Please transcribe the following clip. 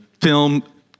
film